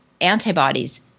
antibodies